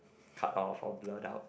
cut off or blurred out